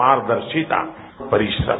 पारदर्शिता और परिश्रम